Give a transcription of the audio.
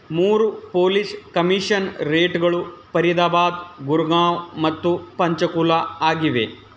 ಮೂರು ಪೊಲೀಸ್ ಕಮಿಷನ್ ರೇಟ್ಗಳು ಪರಿದಾಬಾದ್ ಗುರ್ಗಾಂವ್ ಮತ್ತು ಪಂಚಕುಲ ಆಗಿವೆ